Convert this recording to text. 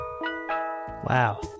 Wow